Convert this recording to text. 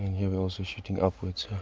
here we are also shooting upwards.